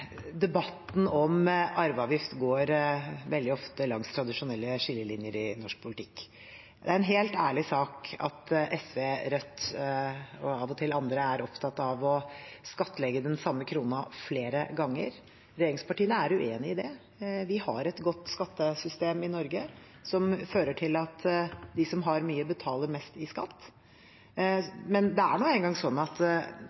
Debatten om arveavgift går veldig ofte langs tradisjonelle skillelinjer i norsk politikk. Det er en helt ærlig sak at SV, Rødt og av og til andre er opptatt av å skattlegge den samme kronen flere ganger. Regjeringspartiene er uenig i det. Vi har et godt skattesystem i Norge, som fører til at de som har mye, betaler mest i skatt. Men det er nå en gang sånn at